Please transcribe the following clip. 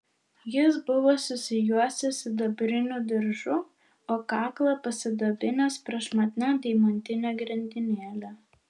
jis buvo susijuosęs sidabriniu diržu o kaklą pasidabinęs prašmatnia deimantine grandinėle